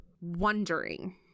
wondering